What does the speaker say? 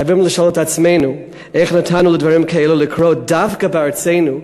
אנחנו חייבים לשאול את עצמנו איך נתנו לדברים כאלה לקרות דווקא בארצנו,